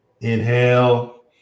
Inhale